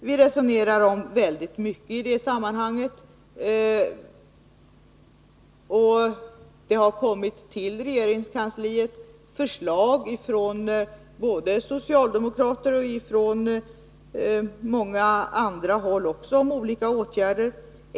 Vi resonerar om väldigt mycket i det sammanhanget. Det har till regeringskansliet kommit förslag från både socialdemokrater och andra om olika åtgärder.